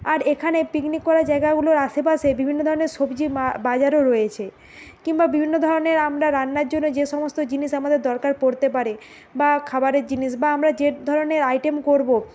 আর এখানে পিকনিক করার জায়গাগুলোর আশেপাশে বিভিন্ন ধরনের সবজি বাজারও রয়েছে কিংবা বিভিন্ন ধরনের আমরা রান্নার জন্য যে সমস্ত জিনিস আমাদের দরকার পড়তে পারে বা খাবারের জিনিস বা আমরা যে ধরনের আইটেম করব